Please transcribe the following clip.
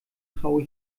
traue